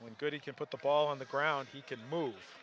when good he can put the ball on the ground he can move